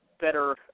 better